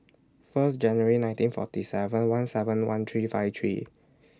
First January nineteen forty seven one seven one three five three